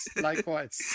likewise